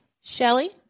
Shelly